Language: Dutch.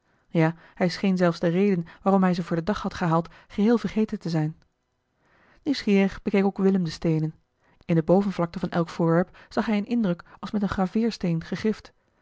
ja hij scheen zelfs de reden waarom hij ze voor den dag had gehaald geheel vergeten te zijn nieuwsgierig bekeek ook willem de steenen in de bovenvlakte van elk voorwerp zag hij een indruk als met eene graveerstift gegrift